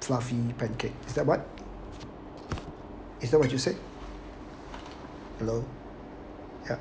fluffy pancake is that what is that what you said hello ya